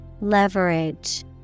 Leverage